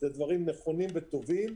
אלה דברים נכונים וטובים.